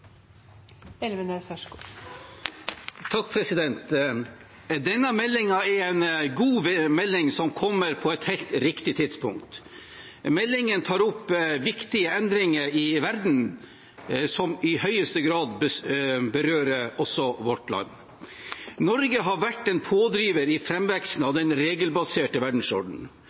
en god melding, som kommer på et helt riktig tidspunkt. Meldingen tar opp viktige endringer i verden som i høyeste grad berører også vårt land. Norge har vært en pådriver i framveksten av den regelbaserte verdensordenen.